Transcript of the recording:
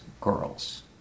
girls